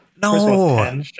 No